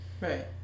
right